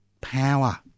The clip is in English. Power